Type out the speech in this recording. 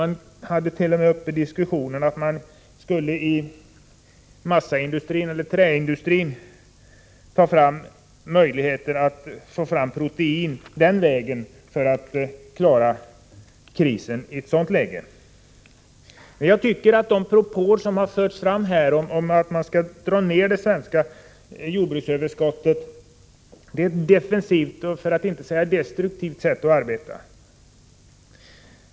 Man hade t.o.m. diskuterat möjligheten att inom massaoch träindustrin försöka ta fram protein för att på den vägen klara oss i ett krisläge. Jag tycker att de propåer som förts fram här om att vi skall dra ner det svenska jordbruksöverskottet innebär ett defensivt, för att inte säga destruktivt, sätt att arbeta på.